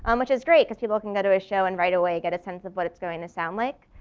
um which is great, cuz people can go to a show and right away get a sense of what it's going to sound like.